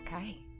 Okay